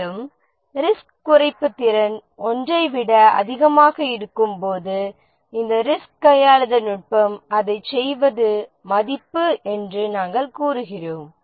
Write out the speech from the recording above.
மேலும் ரிஸ்க் குறைப்பு திறன் 1 ஐ விட அதிகமாக இருக்கும்போது இந்த ரிஸ்க் கையாளுதல் நுட்பம் அதைச் செய்வது மதிப்பு என்று நாம் கூறுகிறோம்